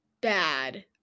bad